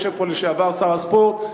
יושב פה לשעבר שר הספורט,